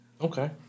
Okay